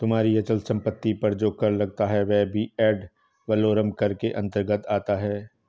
तुम्हारी अचल संपत्ति पर जो कर लगता है वह भी एड वलोरम कर के अंतर्गत आता है